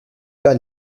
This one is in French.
bat